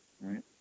right